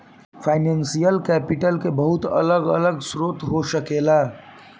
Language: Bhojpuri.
फाइनेंशियल कैपिटल के बहुत अलग अलग स्रोत हो सकेला